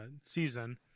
season